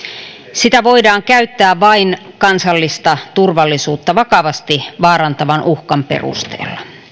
sitä voidaan käyttää vain kansallista turvallisuutta vakavasti vaarantavan uhkan perusteella